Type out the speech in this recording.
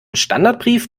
standardbrief